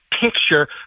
picture